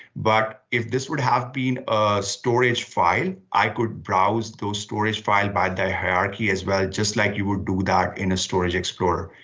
but if this would have been a storage file, i could browse those storage file by their hierarchy as well, just like you would do that in a storage explorer.